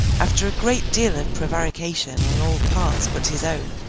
after a great deal of prevarication on all parts but his own,